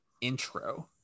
intro